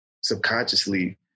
subconsciously